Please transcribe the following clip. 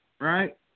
right